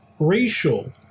racial